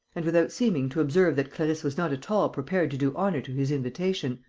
and, without seeming to observe that clarisse was not at all prepared to do honour to his invitation,